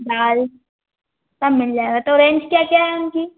दाल सब मिल जाएगा तो रेंज क्या क्या है उनकी